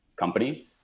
Company